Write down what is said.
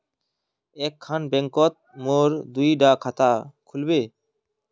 एक खान बैंकोत मोर दुई डा खाता खुल बे?